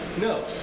No